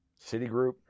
Citigroup